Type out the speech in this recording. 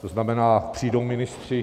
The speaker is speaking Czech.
To znamená, přijdou ministři?